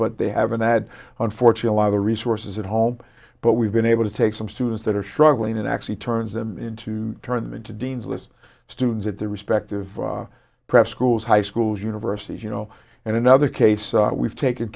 but they have an add on for chill out the resources at home but we've been able to take some students that are struggling and actually turns them into turn them into dean's list students at their respective prep schools high schools universities you know and another case we've taken